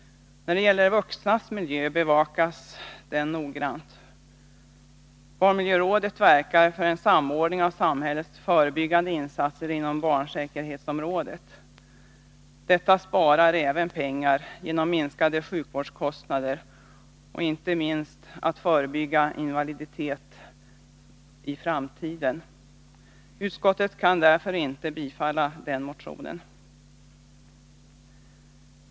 Vuxnas miljö bevakas ju noggrant. Barnmiljörådet verkar för en samordning av samhällets förebyggande insatser inom barnsäkerhetsområdet. Detta sparar även pengar genom minskade sjukvårdskostnader och, inte minst, genom att man förebygger invaliditet i framtiden. Utskottet kan därför inte tillstyrka den motionen.